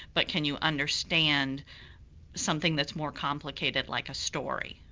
but can you understand something that's more complicated like a story.